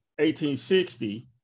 1860